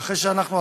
ואחרי שאנחנו,